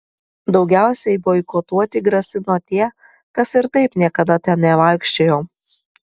daugiausiai boikotuoti grasino tie kas ir taip niekada ten nevaikščiojo